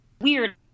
weird